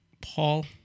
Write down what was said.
Paul